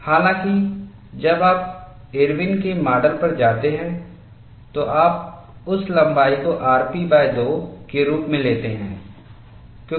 हालाँकि जब आप इरविनIrwin's के माडल पर जाते हैं तो आप उस लंबाई को rp2 के रूप में लेते हैं